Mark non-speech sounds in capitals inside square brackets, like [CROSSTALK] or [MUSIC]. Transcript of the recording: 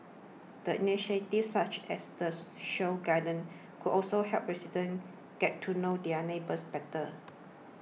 the initiatives such as the [NOISE] show gardens could also help residents get to know their neighbours better